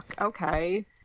okay